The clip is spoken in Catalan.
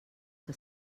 que